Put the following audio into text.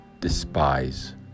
despise